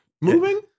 moving